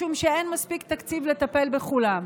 משום שאין מספיק תקציב לטפל בכולם.